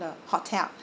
the hotel